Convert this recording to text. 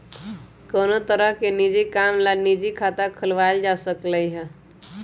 कोनो तरह के निज काम ला निजी खाता खुलवाएल जा सकलई ह